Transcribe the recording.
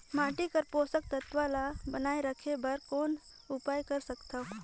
माटी मे पोषक तत्व ल बनाय राखे बर कौन उपाय कर सकथव?